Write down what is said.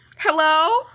Hello